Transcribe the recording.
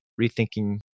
Rethinking